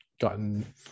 gotten